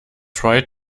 try